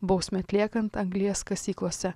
bausmę atliekant anglies kasyklose